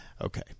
Okay